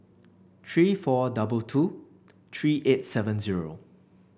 three four double two three eight seven zero